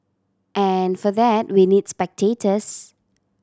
and for that we need spectators